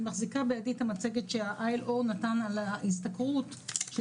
אני מחזיקה בידי את המצגת ש-ILO נתן על ההשתכרות של